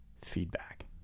feedback